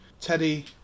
teddy